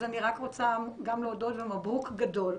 אז אני רק רוצה גם להודות ומברוק גדול,